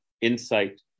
insight